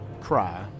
cry